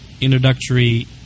introductory